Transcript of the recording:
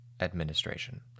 administration